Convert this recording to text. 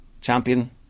champion